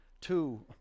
two